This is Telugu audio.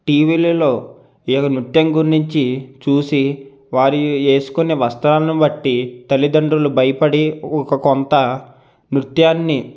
టీవీలలో ఏదైనా నృత్యం గురించి చూసి వారి వేసుకునే వస్త్రాలను బట్టి తల్లితండ్రులు భయపడి ఒక కొంత నృత్యాన్ని